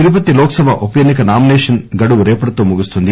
తిరుపతి లోక్ సభ ఉపఎన్నిక నామినేషన్ గడవు రేపటితో ముగుస్తుంది